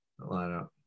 lineup